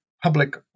public